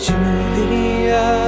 Julia